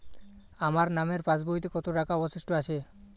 আমার নামের পাসবইতে কত টাকা অবশিষ্ট আছে?